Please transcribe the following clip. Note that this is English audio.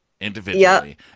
individually